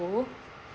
oh